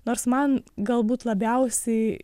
nors man galbūt labiausiai